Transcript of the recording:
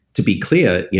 to be clear, yeah